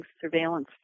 surveillance